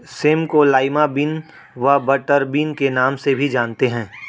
same को lima bean व butter bean के नाम से भी जानते हैं